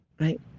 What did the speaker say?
right